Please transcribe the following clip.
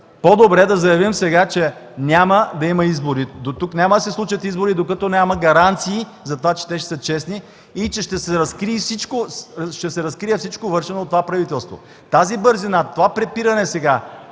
По-добре е да заявим сега, че няма да има избори, че няма да се случат избори, докато няма гаранции, че ще са честни и че ще се разкрие всичко, вършено от това правителство. Тази бързина, това препиране сега